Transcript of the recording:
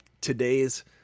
today's